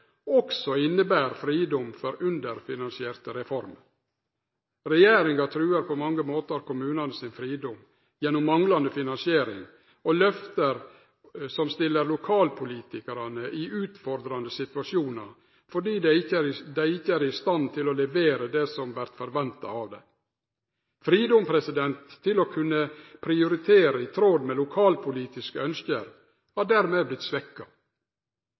også inneber fridom frå underfinansierte reformer. Regjeringa truar på mange måtar kommunane sin fridom gjennom manglande finansiering og gjennom løfte som stiller lokalpolitikarar i utfordrande situasjonar, fordi dei ikkje er i stand til å levere det som vert forventa av dei. Fridom til å kunne prioritere i tråd med lokalpolitiske ønske har dermed